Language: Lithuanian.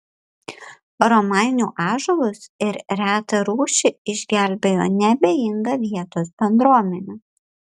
romainių ąžuolus ir retą rūšį išgelbėjo neabejinga vietos bendruomenė